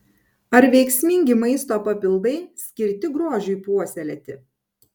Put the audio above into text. ar veiksmingi maisto papildai skirti grožiui puoselėti